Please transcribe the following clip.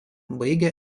baigė